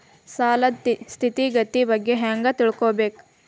ಸಾಲದ್ ಸ್ಥಿತಿಗತಿ ಬಗ್ಗೆ ಹೆಂಗ್ ತಿಳ್ಕೊಬೇಕು?